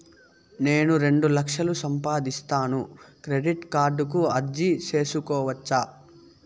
నేను రెండు లక్షలు సంపాదిస్తాను, క్రెడిట్ కార్డుకు అర్జీ సేసుకోవచ్చా?